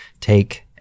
take